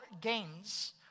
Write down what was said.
gains